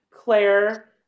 Claire